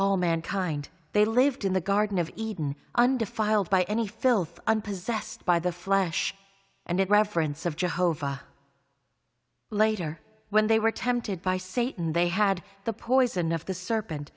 all mankind they lived in the garden of eden undefiled by any filth and possessed by the flesh and it reference of jehovah later when they were tempted by satan they had the poison of the serpent